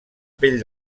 pell